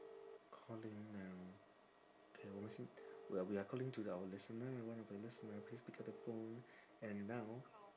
calling now okay we are we are calling to our listener one of our listener please pick up the phone and now